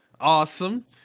awesome